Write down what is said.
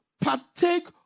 partake